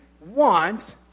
want